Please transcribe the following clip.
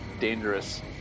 Dangerous